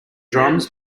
drums